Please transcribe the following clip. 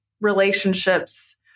relationships